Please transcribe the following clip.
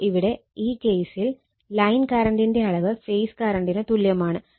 അപ്പോൾ ഇവിടെ ഈ കേസിൽ ലൈൻ കറണ്ടിന്റെ അളവ് ഫേസ് കറണ്ടിന് തുല്യമാണ്